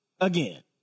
again